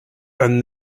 and